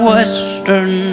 Western